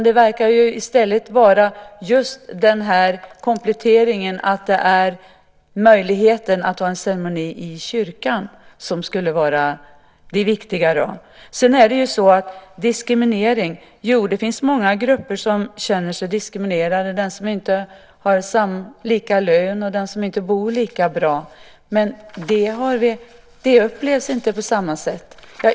Det verkar i stället vara just den här kompletteringen, möjligheten att ha en ceremoni i kyrkan, som är det viktiga. Diskriminering - jo, det finns många grupper som känner sig diskriminerade. Det gör den som inte har lika lön och som inte bor lika bra, men det upplevs inte på samma sätt.